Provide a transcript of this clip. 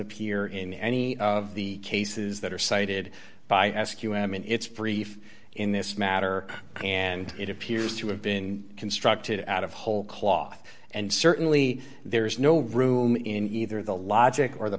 appear in any of the cases that are cited by ask you i mean it's brief in this matter and it appears to have been constructed out of whole cloth and certainly there's no room in either the logic or the